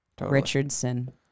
Richardson